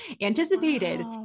anticipated